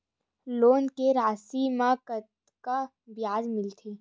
Loan के राशि मा कतका ब्याज मिलथे?